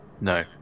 No